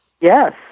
Yes